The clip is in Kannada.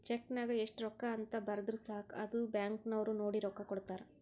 ಚೆಕ್ ನಾಗ್ ಎಸ್ಟ್ ರೊಕ್ಕಾ ಅಂತ್ ಬರ್ದುರ್ ಸಾಕ ಅದು ಬ್ಯಾಂಕ್ ನವ್ರು ನೋಡಿ ರೊಕ್ಕಾ ಕೊಡ್ತಾರ್